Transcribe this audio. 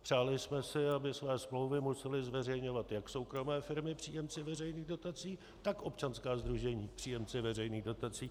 Přáli jsme si, aby své smlouvy musely zveřejňovat jak soukromé firmy příjemci veřejných dotací, tak občanská sdružení příjemci veřejných dotací.